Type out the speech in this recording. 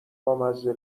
بامزه